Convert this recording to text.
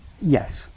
Yes